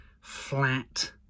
flat